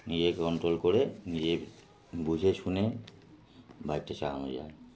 নিজেকে কন্ট্রোল করে নিজে বুঝে শুনে বাইকটা চালানো যায়